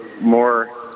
more